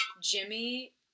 Jimmy